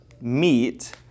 meet